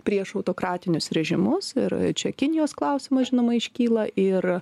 prieš autokratinius režimus ir čia kinijos klausimas žinoma iškyla ir